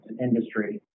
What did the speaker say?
industry